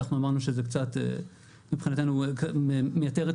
אנחנו אמרנו שזה קצת מבחינתנו מייתר את